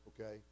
okay